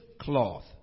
cloth